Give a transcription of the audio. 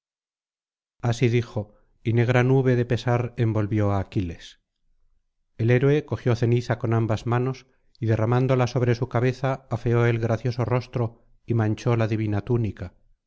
así dijo y negra nube de pesar envolvió á aquiles el héroe cogió ceniza con ambas manos y derramándola sobre su cabeza afeó el gracioso rostro y manchó la divina túnica